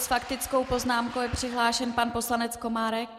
S faktickou poznámkou je přihlášen pan poslanec Komárek.